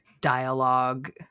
dialogue